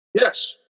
Yes